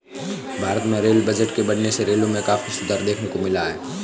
भारत में rail budget के बढ़ने से रेलों में काफी सुधार देखने को मिला है